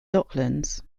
docklands